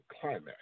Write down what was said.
climax